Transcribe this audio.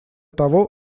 того